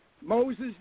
Moses